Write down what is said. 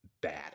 bad